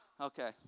Okay